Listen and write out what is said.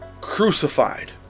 Crucified